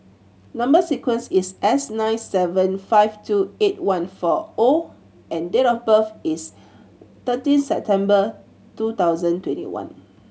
number sequence is S nine seven five two eight one four O and date of birth is thirteen September two thousand twenty one